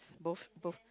both